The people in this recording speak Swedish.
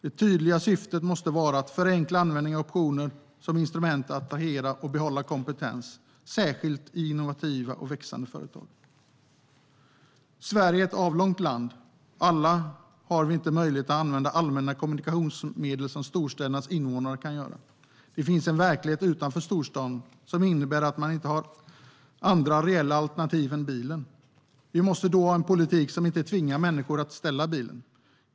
Det tydliga syftet måste vara att förenkla användningen av optioner som instrument för att attrahera och behålla kompetens, särskilt i innovativa och växande företag. Sverige är ett avlångt land, och alla vi har inte möjlighet att använda allmänna kommunikationsmedel som storstädernas invånare kan göra. Det finns en verklighet utanför storstaden som innebär att man inte har några andra reella alternativ än bilen. Vi måste då ha en politik som inte tvingar människor att ställa bilen.